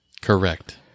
Correct